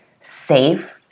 safe